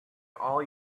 all